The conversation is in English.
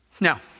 Now